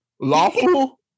lawful